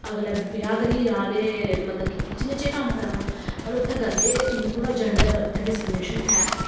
अगले ब्याह् करियै जा दे ते मतलब कि किचन च गै क'म्म करना मतलब उ'त्थें करदे मतलब थोह्ड़ा जेंडर उ'त्थें डिस्क्रिमिनेशन ऐ